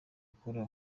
akora